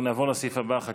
נעבור לסעיף הבא, חקיקה.